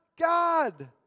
God